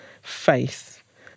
faith